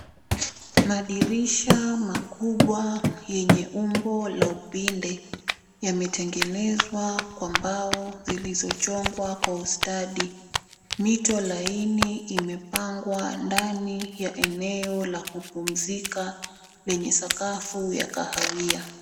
Madirisha makubwa yenye umbo la upinde yametengenezwa kwa mbao zilizo chongwa kwa ustadi. Mito laini imepangwa ndani ya eneo la kupumzika yenye sakafu ya kahawia.